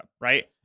right